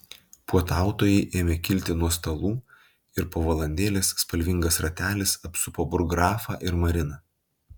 puotautojai ėmė kilti nuo stalų ir po valandėlės spalvingas ratelis apsupo burggrafą ir mariną